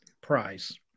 price